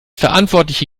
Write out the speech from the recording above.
verantwortliche